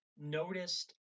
noticed